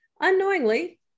unknowingly